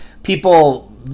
People